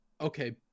Okay